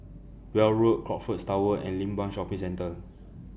Weld Road Crockfords Tower and Limbang Shopping Centre